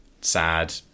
sad